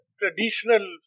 traditional